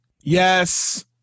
yes